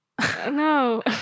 No